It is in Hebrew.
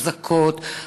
חזקות,